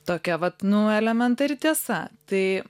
tokia vat nu elementari tiesa tai